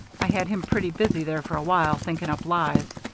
i had him pretty busy there for a while thinking up lies.